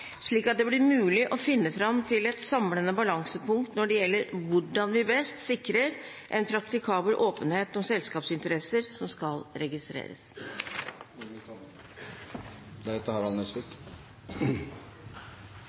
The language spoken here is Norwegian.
slik at det blir mulig å finne fram til et samlende balansepunkt når det gjelder hvordan vi best sikrer en praktikabel åpenhet om selskapsinteresser som skal registreres.